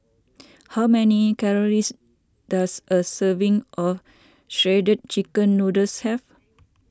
how many calories does a serving of Shredded Chicken Noodles have